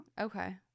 Okay